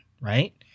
right